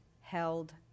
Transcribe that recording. held